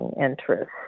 interest